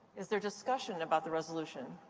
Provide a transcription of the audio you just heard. is there discussion about the resolution?